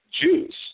Jews